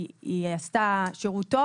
היא עשתה שירות טוב?